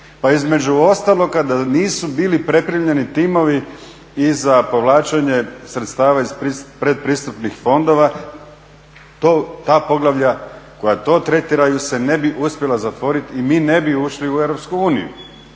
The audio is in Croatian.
između ostalog da nisu bili pripremljeni timovi i za povlačenje sredstava iz pretpristupnih fondova ta poglavlja koja to tretiraju se ne bi uspjela zatvoriti i mi ne bi ušli u EU.